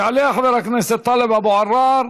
יעלה חבר הכנסת טלב אבו עראר,